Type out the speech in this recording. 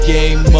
Game